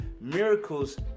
miracles